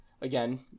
again